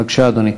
בבקשה, אדוני.